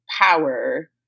power